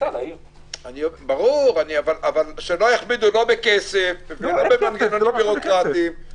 אבל שלא יכבידו בכסף ולא במנגנונים בירוקרטיים.